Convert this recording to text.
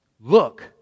Look